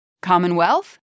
Commonwealth